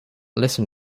listen